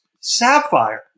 Sapphire